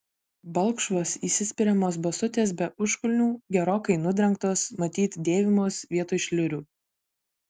balkšvos įsispiriamos basutės be užkulnių gerokai nudrengtos matyt dėvimos vietoj šliurių